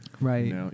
Right